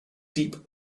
deep